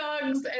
dogs